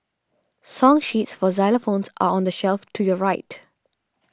song sheets for xylophones are on the shelf to your right